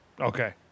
Okay